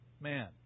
man